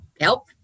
help